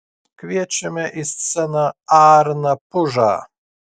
kviečiame į sceną arną pužą